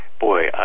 boy